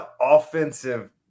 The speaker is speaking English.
offensive